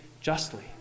justly